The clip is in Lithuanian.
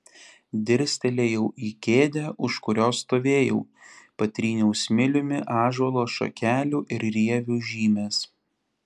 dirstelėjau į kėdę už kurios stovėjau patryniau smiliumi ąžuolo šakelių ir rievių žymes